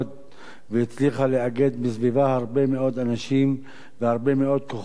והצליחה לאגד סביבה הרבה מאוד אנשים והרבה מאוד כוחות חברתיים,